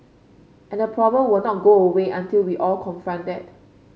and the problem will not go away until we all confront that